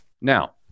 Now